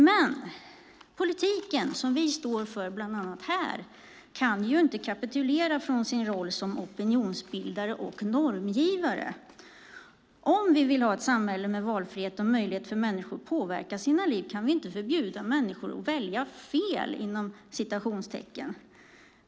Men den politik som vi står för här kan inte kapitulera från sin roll som opinionsbildare och normgivare. Om vi vill ha ett samhälle med valfrihet och möjlighet för människor att påverka sina liv kan vi inte förbjuda människor att välja "fel".